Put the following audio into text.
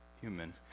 Human